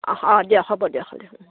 অ' দিয়ক হ'ব দিয়ক হ'লে